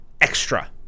extra